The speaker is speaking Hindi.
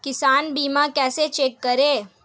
किसान बीमा कैसे चेक करें?